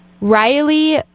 Riley